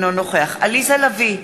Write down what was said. אינו נוכח עליזה לביא,